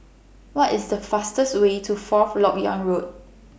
What IS The fastest Way to Fourth Lok Yang Road